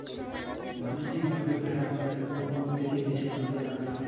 বাণিজ্যিকভাবে ভেড়া পালনে কোন কোন দিকে বিশেষ নজর রাখতে হয়?